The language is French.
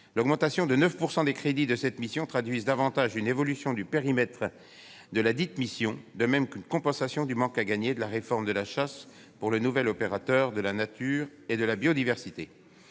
L'augmentation de 9 % des crédits de cette mission est davantage due à l'évolution du périmètre de ladite mission et à la compensation du manque à gagner de la réforme de la chasse pour le nouvel opérateur de la nature et de la biodiversité.